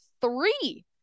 three